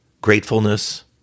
gratefulness